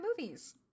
movies